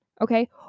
okay